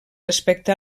respecte